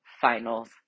finals